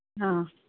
ꯑꯥ